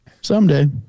someday